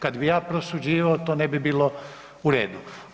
Kada bih ja prosuđivao to ne bi bilo u redu.